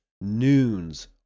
Noon's